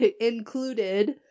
included